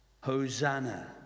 Hosanna